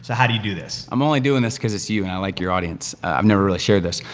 so how do you do this? i'm only doin' this cause it's you, and i like your audience. i've never really shared this.